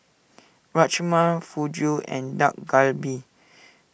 Rajma Fugu and Dak Galbi